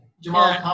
Jamal